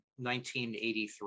1983